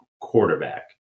quarterback